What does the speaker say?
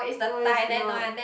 no it's not